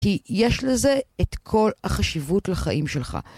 כי יש לזה את כל החשיבות לחיים שלך.